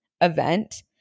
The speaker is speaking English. event